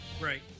right